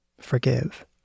forgive